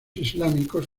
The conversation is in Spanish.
islámicos